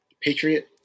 Patriot